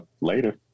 Later